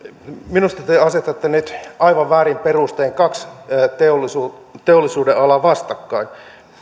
minusta te asetatte nyt aivan väärin perustein kaksi teollisuudenalaa vastakkain